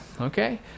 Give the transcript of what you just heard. Okay